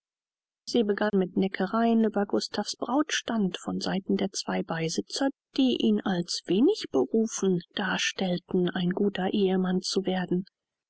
sie begann mit neckereien über gustav's brautstand von seiten der zwei beisitzer die ihn als wenig berufen darstellten ein guter ehemann zu werden